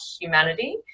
humanity